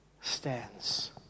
stands